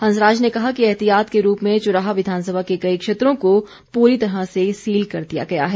हंसराज ने कहा कि ऐहतियात के रूप में चुराह विधानसभा के कई क्षेत्रों को पूरी तरह से सील कर दिया गया है